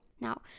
Now